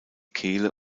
kehle